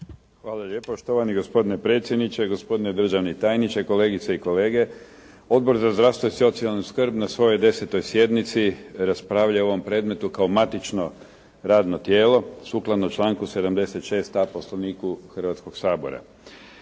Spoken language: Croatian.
Hvala lijepa. Štovani gospodine predsjedniče, gospodine državni tajniče, kolegice i kolege. Odbor za zdravstvo i socijalnu skrb na svojoj je 10. sjednici raspravljao o ovom predmetu kao matično radno tijelo sukladno članku 76. Poslovnika Hrvatskog sabora.